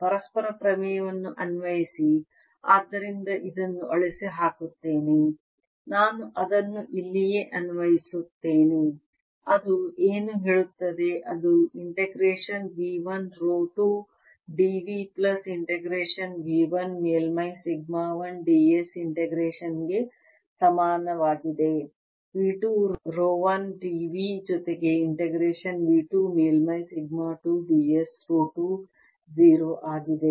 ಪರಸ್ಪರ ಪ್ರಮೇಯವನ್ನು ಅನ್ವಯಿಸಿ ಆದ್ದರಿಂದ ಇದನ್ನು ಅಳಿಸಿ ಹಾಕುತ್ತೇನೆ ನಾನು ಅದನ್ನು ಇಲ್ಲಿಯೇ ಅನ್ವಯಿಸುತ್ತೇನೆ ಅದು ಏನು ಹೇಳುತ್ತದೆ ಅದು integration V 1 rho 2 d v plus integration V 1 ಮೇಲ್ಮೈ ಸಿಗ್ಮಾ 1 d s ಇಂಟಿಗ್ರೇಷನ್ ಗೆ ಸಮಾನವಾಗಿದೆ V 2 ರೋ 1 d v ಜೊತೆಗೆ ಇಂಟಿಗ್ರೇಷನ್ V 2 ಮೇಲ್ಮೈ ಸಿಗ್ಮಾ 2 d s ರೋ 2 0 ಆಗಿದೆ